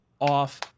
off